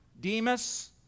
Demas